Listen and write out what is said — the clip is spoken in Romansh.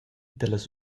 dallas